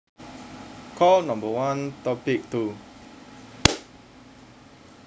call number one topic two